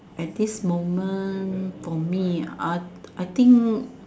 at this moment for me uh I think